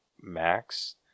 Max